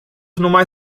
numai